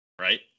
right